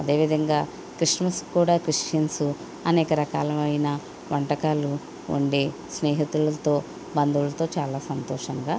అదేవిధంగా క్రిస్టమస్ కూడా క్రిస్టియన్స్ అనేక రకాలైన వంటకాలు వండి స్నేహితులతో బంధువులతో చాలా సంతోషంగా